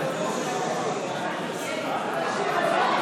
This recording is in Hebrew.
(קורא בשמות חברי הכנסת)